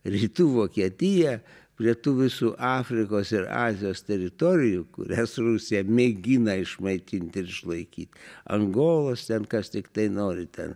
rytų vokietiją prie tų visų afrikos ir azijos teritorijų kurias rusija mėgina išmaitint ir išlaikyt angolos ten kas tiktai nori ten